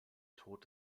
tode